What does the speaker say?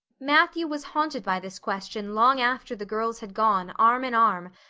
matthew was haunted by this question long after the girls had gone, arm in arm,